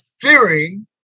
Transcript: fearing